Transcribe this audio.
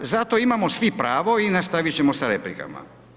Zato imamo svi pravo i nastavit ćemo sa replikama.